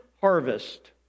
harvest